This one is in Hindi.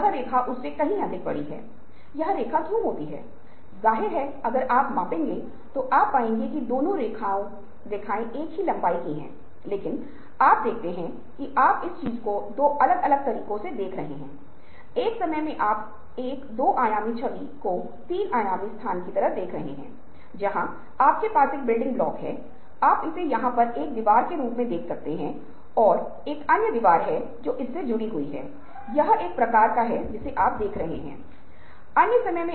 इसलिए ये प्रक्रियाएं हमारी रचनात्मकता को मिटा देती हैं लेकिन हर किसी के पास एक दायां मस्तिष्क की पहचान है और सम्मान करता है कि व्यक्ति विषम विचारों को स्वीकार करता है विचारों को पोषण करने और उनकी रक्षा करने के लिए कदम उठाता है ताकि रचनात्मकता पनप सके